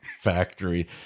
factory